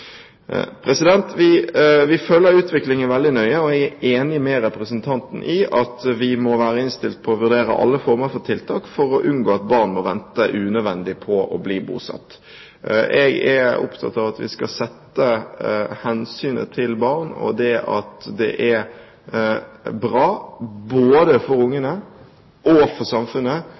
vi nå kommer til å ligge an. Vi følger utviklingen veldig nøye, og jeg er enig med representanten i at vi må være innstilt på å vurdere alle former for tiltak for å unngå at barn må vente unødvendig på å bli bosatt. Jeg er opptatt av at vi skal sette hensynet til barna høyt. Det er bra både for barna og for samfunnet